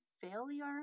failure